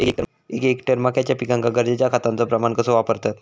एक हेक्टर मक्याच्या पिकांका गरजेच्या खतांचो प्रमाण कसो वापरतत?